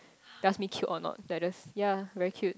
ask me cute or not then I just ya very cute